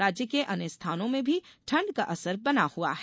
राज्य के अन्य स्थानों में भी ठंड का असर बना हुआ है